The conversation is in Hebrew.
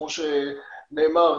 כמו שנאמר,